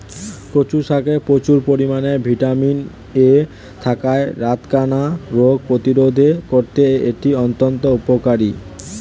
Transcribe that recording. কচু শাকে প্রচুর পরিমাণে ভিটামিন এ থাকায় রাতকানা রোগ প্রতিরোধে করতে এটি অত্যন্ত উপকারী